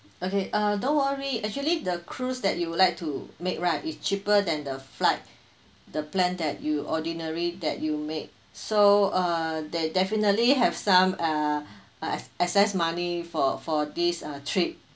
okay uh don't worry actually the cruise that you would like to make right is cheaper than the flight the plan that you ordinary that you make so uh they definitely have some uh uh ex~ excess money for for this uh trip